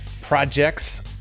projects